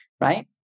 right